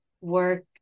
work